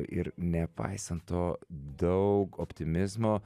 ir nepaisant to daug optimizmo